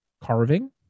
Carving